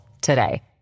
today